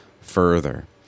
further